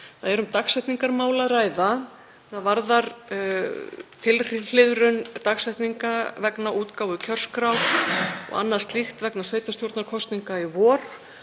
að ræða dagsetningarmál, það varðar tilhliðrun dagsetninga vegna útgáfu kjörskrár og annað slíkt vegna sveitarstjórnarkosninga í vor.